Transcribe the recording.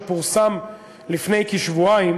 שפורסם לפני כשבועיים